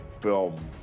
film